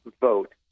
vote